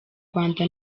rwanda